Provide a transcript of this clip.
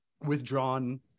withdrawn